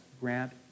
grant